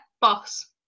boss